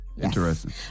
Interesting